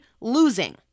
losing